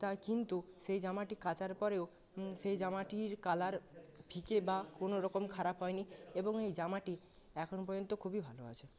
তা কিন্তু সেই জামাটি কাচার পরেও সেই জামাটির কালার ফিকে বা কোনোরকম খারাপ হয় নি এবং এই জামাটি এখন পর্যন্ত খুবই ভালো আছে